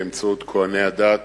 באמצעות כוהני הדת